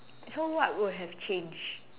so what would have changed